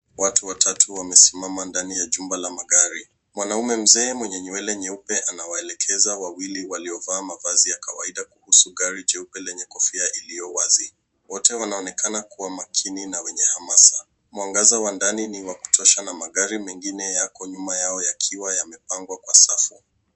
Watu watatu wamesimama ndani ya jumba la magari. Mwanaume mzee mwenye nywele nyeupe anawaelekeza wawili waliovaa mavazi ya kawaida kuhusu gari jeupe lenye kofia iliyo wazi. Wote wanaonekana kuwa makini na wenye hamasa. Mwangaza wa ndani ni wa kutosha na magari mengine yako nyuma yao yakiwa yamepangwa kwa safu.